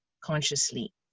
consciously